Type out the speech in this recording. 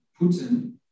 Putin